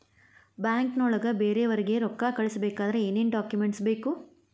ಬ್ಯಾಂಕ್ನೊಳಗ ಬೇರೆಯವರಿಗೆ ರೊಕ್ಕ ಕಳಿಸಬೇಕಾದರೆ ಏನೇನ್ ಡಾಕುಮೆಂಟ್ಸ್ ಬೇಕು?